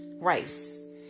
rice